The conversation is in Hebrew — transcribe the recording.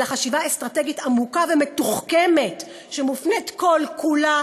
אלא חשיבה אסטרטגית עמוקה ומתוחכמת שמופנית כל-כולה